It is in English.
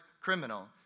criminal